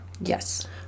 Yes